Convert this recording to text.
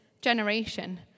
generation